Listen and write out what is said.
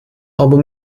aber